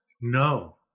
No